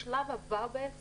השלב הבא של